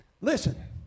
Listen